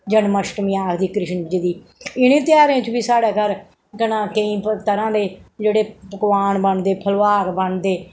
जन्मअश्टमी आखदी कृष्ण जी दी इ'नें तेहारें च बी साढ़े घर केह् नां केईं तरह् दे जेह्ड़े पकोआन बनदे फलोआर बनदे